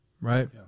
right